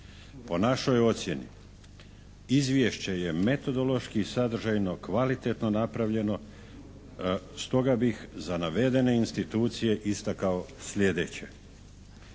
Po našoj ocjeni izvješće je metodološki i sadržanoj kvalitetno napravljeno, stoga bi za navedene institucije istakao sljedeće.